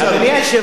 נתנו לך כבוד,